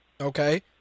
Okay